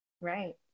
Right